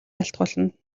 айлтгуулна